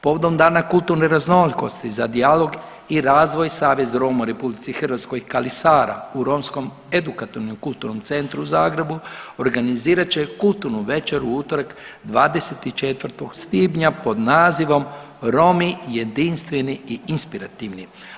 Povodom dana kulturne raznolikosti za dijalog i razvoj Savez Roma u Republici Hrvatskoj Kalisara u romskom edukativnom kulturnom centru u Zagrebu organizirat će kulturnu večeru u utorak 24. svibnja pod nazivom Romi jedinstveni i inspirativni.